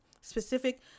specific